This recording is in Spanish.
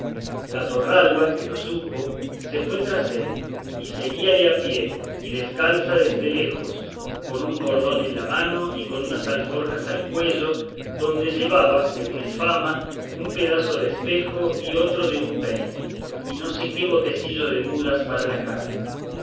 la torralba que lo supo se fue tras él y seguíale a pie y descalza desde lejos con un bordón en la mano y con unas alforjas al cuello donde llevaba según es fama un pedazo de espejo y otro de un peine y no sé qué botecillo de mudas para la cara